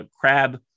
crab